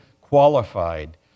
qualified